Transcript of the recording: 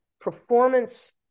performance